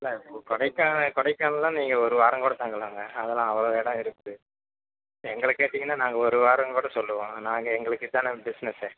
இல்லை கொடைக்கானல் கொடைக்கானல்ல நீங்கள் ஒரு வாரம் கூட தங்கலாம்ங்க அதெலாம் அவ்வளோ இடம் இருக்குது எங்களை கேட்டிங்கன்னா நாங்கள் ஒரு வாரம் கூட சொல்லுவோம் நாங்கள் எங்களுக்கு இதானே பிஸ்னஸே